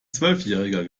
zwölfjähriger